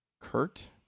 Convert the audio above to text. Kurt